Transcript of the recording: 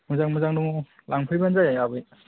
मोजां मोजां दङ लांफैबानो जाबाय आबै